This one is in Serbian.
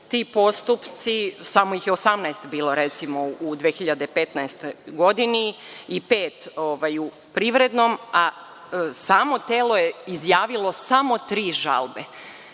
ti postupci, recimo, samo ih je 18 bilo u 2015. godini i pet u privrednom, a samo telo je izjavilo samo tri žalbe.